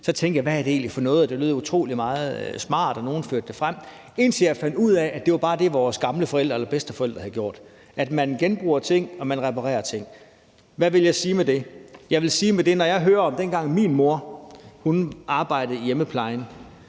tænkte jeg, hvad det egentlig er for noget – det lød utrolig smart, og nogle førte sig frem med det – indtil jeg fandt ud af, at det jo bare er det, vores gamle forældre eller bedsteforældre havde gjort, altså at man genbruger ting og reparerer ting. Hvad vil jeg sige med det? Jeg vil sige, at når jeg hører om dengang, hvor min mor arbejdede i hjemmeplejen,